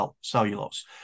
cellulose